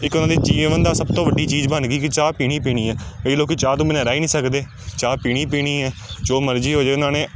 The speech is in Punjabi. ਇਕ ਤਰ੍ਹਾਂ ਦੇ ਜੀਵਨ ਦਾ ਸਭ ਤੋਂ ਵੱਡੀ ਚੀਜ਼ ਬਣ ਗਈ ਕਿ ਚਾਹ ਪੀਣੀ ਪੀਣੀ ਹੈ ਕਈ ਲੋਕ ਚਾਹ ਤੋਂ ਬਿਨਾਂ ਰਹਿ ਹੀ ਨਹੀਂ ਸਕਦੇ ਚਾਹ ਪੀਣੀ ਪੀਣੀ ਹੈ ਜੋ ਮਰਜ਼ੀ ਹੋ ਜਾਵੇ ਉਹਨਾਂ ਨੇ